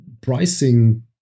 pricing